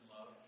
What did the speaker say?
love